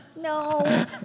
no